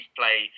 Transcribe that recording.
play